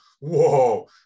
whoa